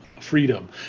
freedom